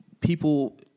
people